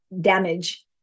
damage